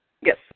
Yes